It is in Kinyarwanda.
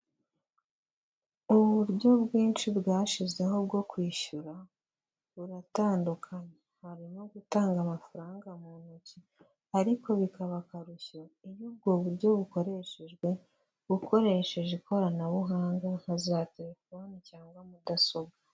Uburyo bwinshi bwashizeho bwo kwishyura buratandukanye, harimo gutanga amafaranga mu ntoki, ariko bikaba akarusho iyo ubwo buryo bukoreshejwe ukoresheje ikoranabuhanga nka za telefoni cyangwa mudasobwa.